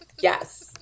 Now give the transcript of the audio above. yes